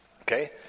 okay